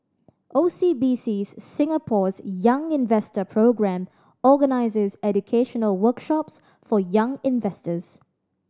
O C B C Singapore's Young Investor Programme organizes educational workshops for young investors